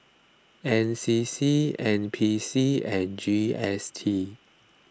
N C C N P C and G S T